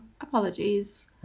apologies